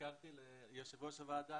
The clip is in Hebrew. הזכרתי ליושב ראש הוועדה